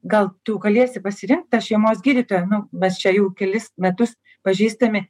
gal tu galėsi pasirinkt tą šeimos gydytoją nu mes čia jau kelis metus pažįstami